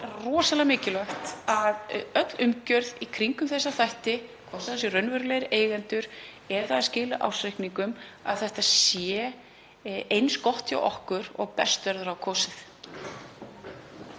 rosalega mikilvægt að öll umgjörð í kringum þessa þætti, hvort sem það eru raunverulegir eigendur eða að skila ársreikningum, að þetta sé eins gott hjá okkur og best verður á kosið.